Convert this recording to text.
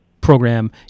program